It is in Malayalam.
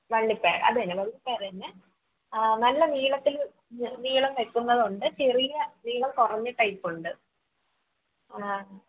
വള്ളിപ്പയർ അത് തന്നെ വള്ളിപയറുതന്നെ നല്ല നീളത്തിൽ നീളം വെക്കുന്നതുണ്ട് ചെറിയ നീളം കുറഞ്ഞ ടൈപ്പുണ്ട്